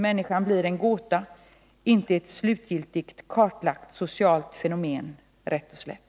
Människan blir en gåta, inte ett slutgiltigt kartlagt socialt fenomen rätt och slätt.